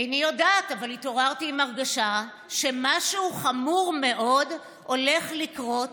'איני יודעת אבל התעוררתי עם הרגשה שמשהו חמור מאוד הולך לקרות